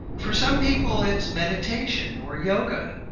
for some people it's meditation or yoga,